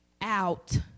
out